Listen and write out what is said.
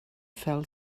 fell